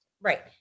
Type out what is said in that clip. Right